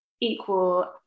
equal